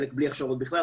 חלק בלי הכשרות בכלל,